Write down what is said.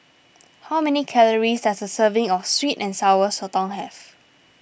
how many calories does a serving of Sweet and Sour Sotong have